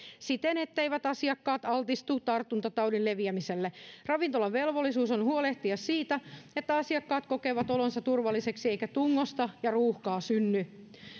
siten etteivät asiakkaat altistu tartuntataudin leviämiselle ravintolan velvollisuus on huolehtia siitä että asiakkaat kokevat olonsa turvalliseksi eikä tungosta ja ruuhkaa synny